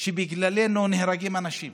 שבגללנו נהרגים אנשים.